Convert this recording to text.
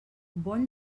bon